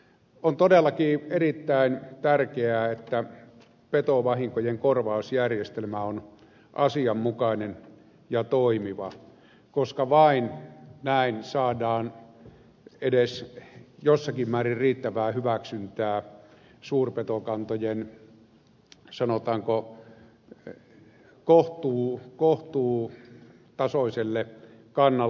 on todellakin erittäin tärkeää että petovahinkojen korvausjärjestelmä on asianmukainen ja toimiva koska vain näin saadaan edes jossakin määrin riittävää hyväksyntää suurpetokantojen sanotaanko kohtuutasoiselle kannalle